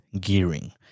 gearing